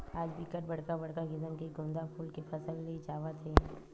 आज बिकट बड़का बड़का किसम के गोंदा फूल के फसल ले जावत हे